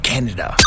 Canada